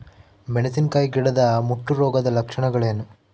ಮೆಣಸಿನಕಾಯಿ ಗಿಡದ ಮುಟ್ಟು ರೋಗದ ಲಕ್ಷಣಗಳೇನು?